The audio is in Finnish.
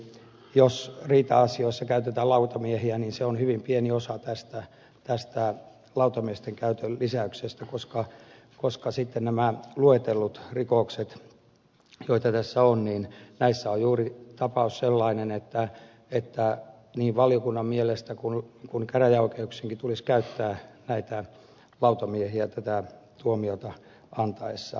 eli jos riita asioissa käytetään lautamiehiä niin se on hyvin pieni osa tästä lautamiesten käytön lisäyksestä koska sitten nämä luetellut rikokset joita tässä on niin näissä on juuri tapaus sellainen että niin valiokunnankin mielestä käräjäoikeuksien tulisi käyttää näitä lautamiehiä tätä tuomiota annettaessa